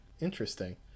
interesting